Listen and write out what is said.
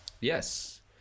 Yes